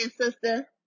sister